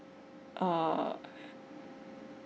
err